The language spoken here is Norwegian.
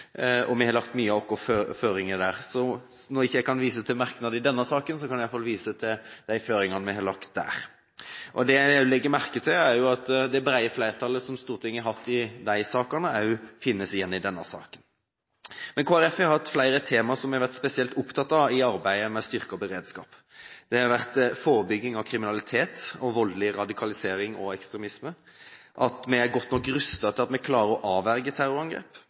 og vi har lagt mye av føringene der. Når jeg ikke kan vise til merknader i denne saken, kan jeg i alle fall vise de til føringene vi har lagt i de andre to sakene. Det jeg legger merke til, er at det brede flertallet Stortinget har hatt i de sakene, også finnes igjen i denne saken. Kristelig Folkeparti har hatt flere tema som vi har vært spesielt opptatt av i arbeidet med styrkingen av beredskapen: forebygging av kriminalitet og voldelig radikalisering og ekstremisme, at vi er godt nok rustet til at vi klarer å avverge terrorangrep,